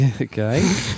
Okay